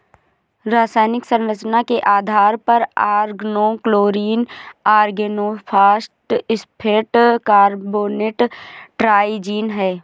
रासायनिक संरचना के आधार पर ऑर्गेनोक्लोरीन ऑर्गेनोफॉस्फेट कार्बोनेट ट्राइजीन है